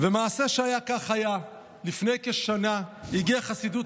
ומעשה שהיה כך היה: לפני כשנה הגיעה חסידות